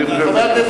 אולי תתעקש.